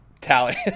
Tally